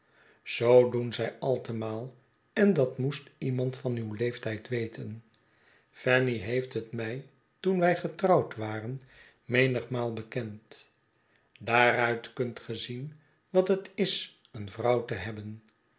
zoo doen zij altemaal en dat moest iemand van uw leeftijd weten fanny heeft het mij toen wij getrouwd waren menigmaal bekend daaruit kunt ge zien wat het is een vrouw te hebben